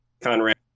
Conrad